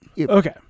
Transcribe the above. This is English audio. okay